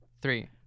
three